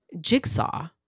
Jigsaw